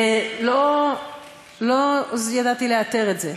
לא ידעתי לאתר את זה היום.